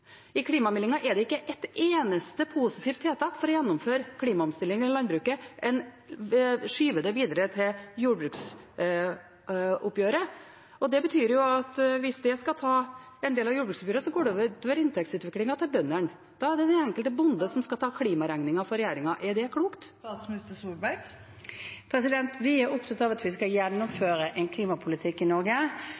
I klimameldingen er det ikke et eneste positivt tiltak for å gjennomføre klimaomstilling i landbruket. En skyver det videre til jordbruksoppgjøret. Hvis det skal ta en del av jordbruksoppgjøret, går det ut over inntektsutviklingen til bøndene. Da er det den enkelte bonde som skal ta klimaregningen for regjeringen. Er det klokt? Vi er opptatt av at vi i Norge skal